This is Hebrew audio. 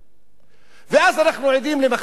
ואז אנחנו עדים למחזה תעתועים